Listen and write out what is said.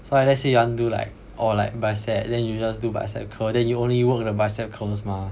so like let's say you want to do like or like bicep then you just do bicep curl then you only work the bicep curls mah